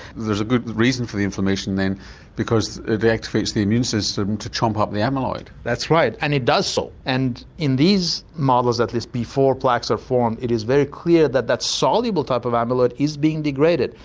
there's a good reason for the inflammation then because it activates the immune system to chomp up the amyloid? that's right, and it does so and in these models of this before plaques are formed it is very clear that that soluble type of amyloid is being degraded,